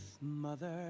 mother